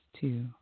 two